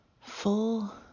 full